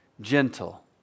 gentle